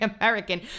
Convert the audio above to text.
American